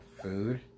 food